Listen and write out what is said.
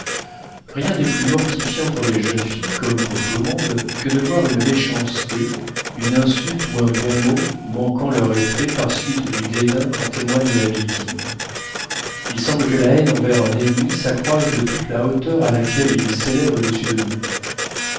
rien n'est plus mortifiant pour des jeunes filles comme pour tout le monde que de voir une méchanceté une insulte ou un bon mot manquant leur effet par suite du dédain qu'en témoigne la victime il semble que la haine envers un ennemi s'accroisse de toute la hauteur à laquelle il s'élève au-dessus de nous